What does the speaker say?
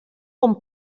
com